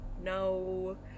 no